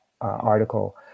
article